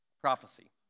Prophecy